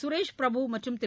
சுரேஷ் பிரபு மற்றும் திரு